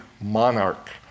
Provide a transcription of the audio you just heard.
monarch